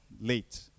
late